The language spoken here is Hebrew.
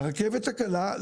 לרכבת הקלה,